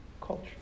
culture